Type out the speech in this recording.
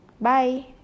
bye